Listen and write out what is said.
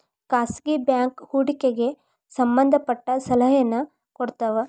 ಖಾಸಗಿ ಬ್ಯಾಂಕ್ ಹೂಡಿಕೆಗೆ ಸಂಬಂಧ ಪಟ್ಟ ಸಲಹೆನ ಕೊಡ್ತವ